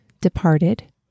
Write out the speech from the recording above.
departed